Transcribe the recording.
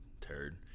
turd